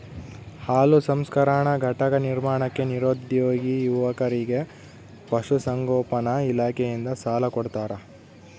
ಹಾಲು ಸಂಸ್ಕರಣಾ ಘಟಕ ನಿರ್ಮಾಣಕ್ಕೆ ನಿರುದ್ಯೋಗಿ ಯುವಕರಿಗೆ ಪಶುಸಂಗೋಪನಾ ಇಲಾಖೆಯಿಂದ ಸಾಲ ಕೊಡ್ತಾರ